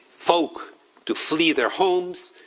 folk to flee their homes,